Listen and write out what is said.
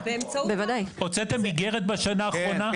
הוצאתם איגרת בשנה האחרונה?